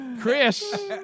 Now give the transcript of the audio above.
Chris